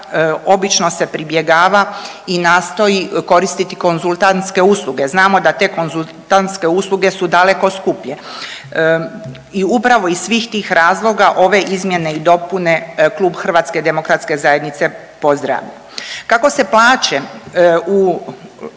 obično se pribjegava i nastoji koristiti konzultantske usluge znamo da te konzultantske usluge su daleko skuplje. I upravo iz svih tih razloga ove izmjene i dopune Klub HDZ-a pozdravlja. Kako se plaće u,